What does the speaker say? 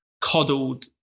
coddled